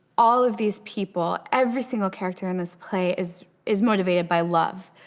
all of these people, every single character in this play, is is motivated by love.